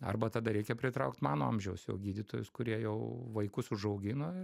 arba tada reikia pritraukt mano amžiaus jau gydytojus kurie jau vaikus užaugino